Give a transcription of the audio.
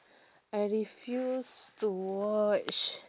I refuse to watch